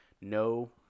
no